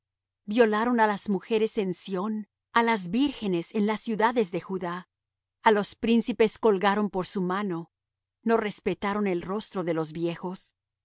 violaron á las mujeres en sión a las vírgenes en las ciudades de judá a los príncipes colgaron por su mano no respetaron el rostro de los viejos